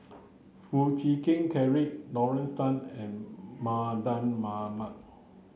Foo Chee Keng Cedric Lorna Tan and Mardan Mamat